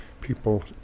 people